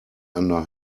under